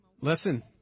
listen